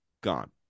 gone